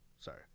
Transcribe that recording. sorry